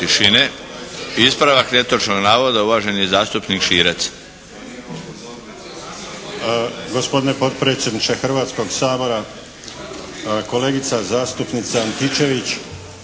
Ispravak netočnog navoda uvaženi zastupnik Širac.